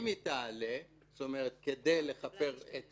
אם היא תעלה כדי לכפר על הסכנה.